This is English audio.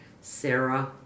Sarah